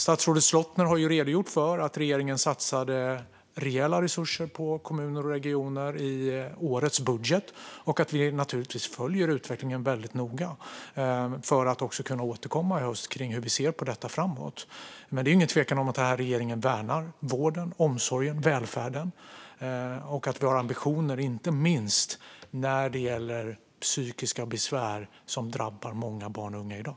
Statsrådet Slottner har redogjort för att regeringen satsade rejäla resurser på kommuner och regioner i årets budget och att regeringen naturligtvis följer utvecklingen noga för att kunna återkomma i höst om hur vi ser framåt. Men det råder inget tvivel om att regeringen värnar vården, omsorgen och välfärden, och vi har ambitioner inte minst i fråga om psykiska besvär som drabbar många barn och unga i dag.